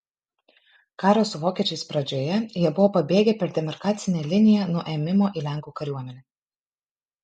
karo su vokiečiais pradžioje jie buvo pabėgę per demarkacinę liniją nuo ėmimo į lenkų kariuomenę